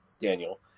Daniel